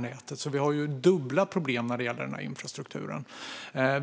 nätet. Det finns dubbla problem för infrastrukturen.